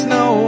no